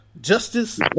justice